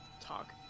talk